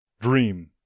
Dream